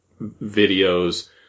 videos